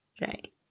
Right